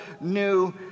new